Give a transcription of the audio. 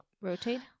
rotate